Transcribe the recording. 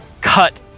cut